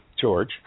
George